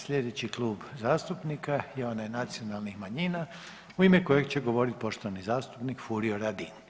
Sljedeći klub zastupnika je onaj nacionalnih manjina u ime kojeg će govoriti poštovani zastupnik Furio Radin.